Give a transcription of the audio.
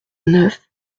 neuf